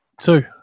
Two